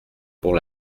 pour